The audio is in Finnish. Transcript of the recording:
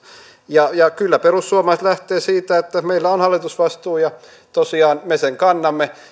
ja ja kyllä perussuomalaiset lähtevät siitä että meillä on hallitusvastuu ja tosiaan me sen kannamme